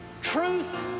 truth